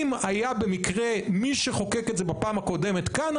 אם היה במקרה מי שחוקק את זה בפעם הקודמת כאן,